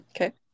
Okay